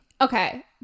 okay